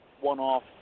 one-off